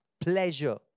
pleasure